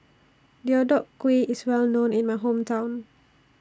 Deodeok Gui IS Well known in My Hometown